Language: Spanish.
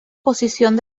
posición